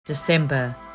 December